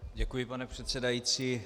Děkuji, pane předsedající.